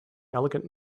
elegant